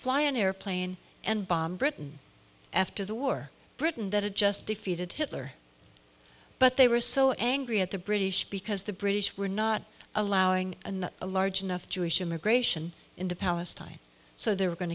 fly an airplane and bomb britain after the war britain that it just defeated hitler but they were so angry at the british because the british were not allowing a large enough jewish immigration into palestine so they were going